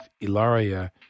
Ilaria